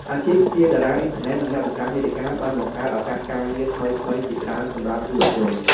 អាជីពជាតារាអុីនធឺណិត និងអ្នកបង្កើតមាតិកាបានបង្កើតឱកាសការងារថ្មីៗជាច្រើនសម្រាប់យុវជន។